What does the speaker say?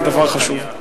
זה דבר חשוב.